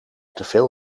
teveel